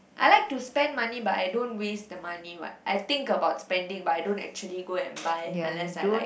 I like to spend money but I don't waste the money what I think about spending but I don't actually go and buy unless like